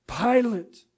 Pilate